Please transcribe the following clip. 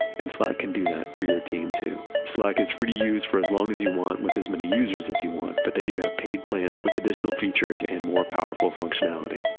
and slack can do that for your team too. slack is free to use for as long as you want with as many users if you want, but they do have paid plans with additional features and more powerful functionality.